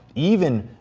even,